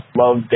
love